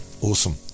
awesome